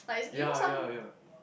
ya ya ya